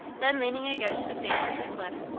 then, leaning against the face of the cliff,